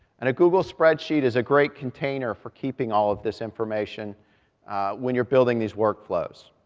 and a google spreadsheet is a great container for keeping all of this information when you're building these work flows.